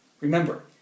remember